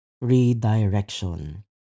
redirection